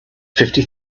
fifty